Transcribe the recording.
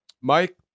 Mike